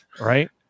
right